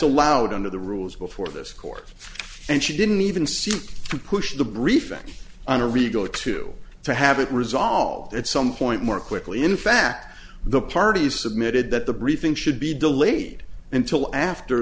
allowed under the rules before this court and she didn't even seem to push the briefing on a regal to to have it resolved at some point more quickly in fact the parties submitted that the briefing should be delayed until after